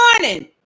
morning